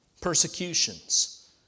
persecutions